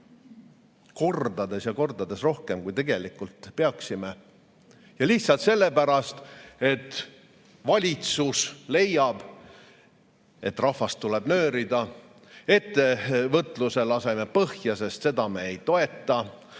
Kordades ja kordades rohkem, kui tegelikult peaksime, lihtsalt sellepärast, et valitsus leiab, et rahvast tuleb nöörida. Ettevõtluse laseme põhja, sest seda me ei toeta.